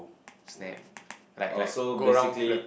oh so basically